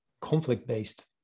conflict-based